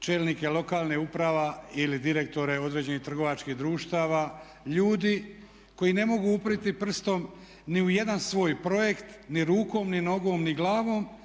čelnike lokalnih uprava ili direktore određenih trgovačkih društava ljudi koji ne mogu uprijeti prstom ni u jedan svoj projekt ni rukom ni nogom ni glavom